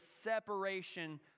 separation